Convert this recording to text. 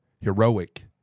Heroic